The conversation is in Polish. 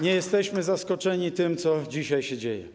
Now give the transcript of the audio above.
Nie jesteśmy zaskoczeni tym, co dzisiaj się dzieje.